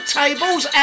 tables